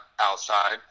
outside